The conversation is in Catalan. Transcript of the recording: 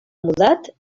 mudat